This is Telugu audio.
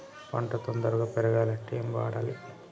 పంట తొందరగా పెరగాలంటే ఏమి వాడాలి?